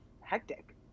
hectic